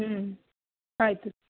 ಹ್ಞೂ ಆಯಿತು